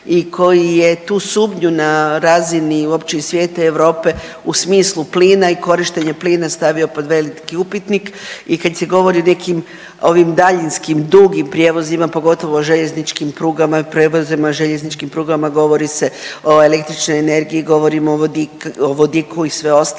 i koji je tu sumnju na razini uopće i svijeta i Europe u smislu plina i korištenje plina stavio pod veliki upitnik i kad se govori o nekim ovim daljinskim dugim prijevozima, pogotovo željezničkim prugama, prevozima, željezničkim prugama, govori se o električnoj energiji, govorimo o vodiku i sve ostalo.